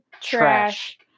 trash